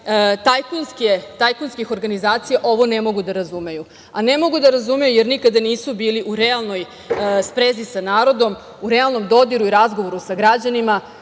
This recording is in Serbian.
tajkunskih organizacija ovo ne mogu da razumeju. Ne mogu da razumeju, jer nikada nisu bili u realnoj sprezi sa narodom, u realnom dodiru i razgovoru sa građanima,